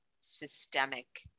systemic